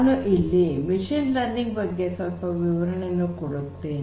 ನಾನು ಇಲ್ಲಿ machine learning ಬಗ್ಗೆ ಸ್ವಲ್ಪ ವಿವರಣೆಯನ್ನು ಕೊಡುತ್ತೇನೆ